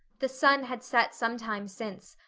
the sun had set some time since,